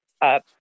up